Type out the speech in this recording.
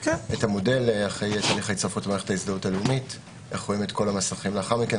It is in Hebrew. איך רואים את כל המסכים לאחר מכן,